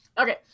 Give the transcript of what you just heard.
Okay